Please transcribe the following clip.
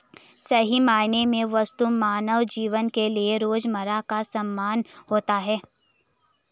सही मायने में वस्तु मानव जीवन के लिये रोजमर्रा का सामान होता है